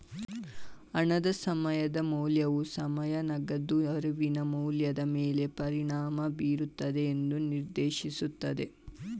ಹಣದ ಸಮಯದ ಮೌಲ್ಯವು ಸಮಯ ನಗದು ಅರಿವಿನ ಮೌಲ್ಯದ ಮೇಲೆ ಪರಿಣಾಮ ಬೀರುತ್ತದೆ ಎಂದು ನಿರ್ದೇಶಿಸುತ್ತದೆ